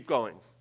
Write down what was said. going.